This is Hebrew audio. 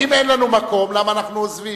אם אין לנו מקום, למה אנחנו עוזבים?